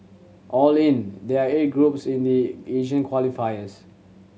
all in there are eight groups in the Asian qualifiers